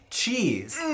cheese